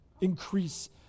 increase